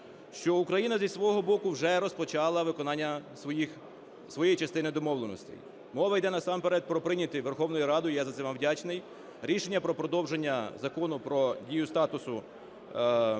що Україна зі свого боку вже розпочала виконання своєї частини домовленостей. Мова йде, насамперед, про прийняте Верховною Радою - я вам за це вам вдячний, - рішення про продовження Закону про дію статусу…